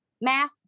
math